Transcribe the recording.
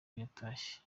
yatashye